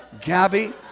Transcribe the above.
Gabby